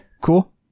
cool